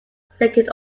second